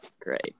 Great